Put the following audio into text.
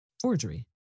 Forgery